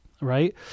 Right